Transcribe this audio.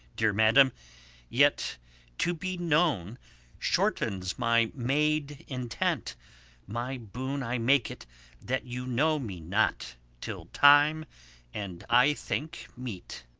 dear madam yet to be known shortens my made intent my boon i make it that you know me not till time and i think meet.